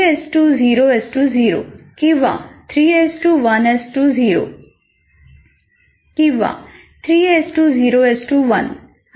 विषय 3 0 0 किंवा 3 1 0 3 0 1 आणि अशाच प्रकारे देऊ शकता